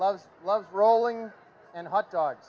loves loves rolling and hot dogs